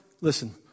listen